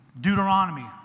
Deuteronomy